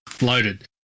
loaded